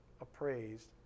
appraised